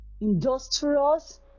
industrious